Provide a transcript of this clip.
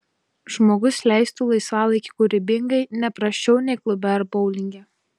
žmogus leistų laisvalaikį kūrybingai ne prasčiau nei klube ar boulinge